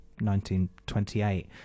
1928